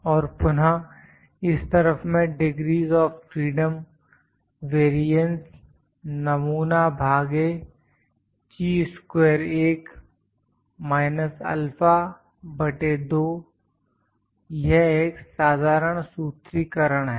और पुनः इस तरफ है डिग्रीस ऑफ फ़्रीडम वैरियेंस नमूना भागे ची स्क्वेर 1 माइनस α अल्फा बटे 2 यह एक साधारण सूत्रीकरण है